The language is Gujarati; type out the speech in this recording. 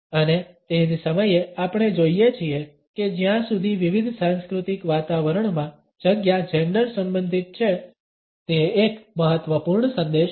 અને તે જ સમયે આપણે જોઇએ છીએ કે જ્યાં સુધી વિવિધ સાંસ્કૃતિક વાતાવરણમાં જગ્યા જેંડર સંબંધિત છે તે એક મહત્વપૂર્ણ સંદેશ છે